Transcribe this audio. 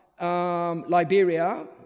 Liberia